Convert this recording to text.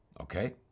Okay